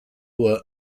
were